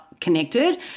connected